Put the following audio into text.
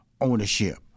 ownership